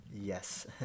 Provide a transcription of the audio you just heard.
Yes